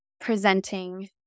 presenting